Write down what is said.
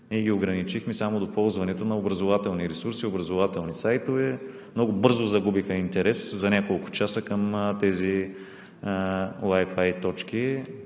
ние ги ограничихме само до ползването на образователни ресурси, образователни сайтове. Много бързо загубиха интерес – за няколко часа, към тези Wi-Fi точки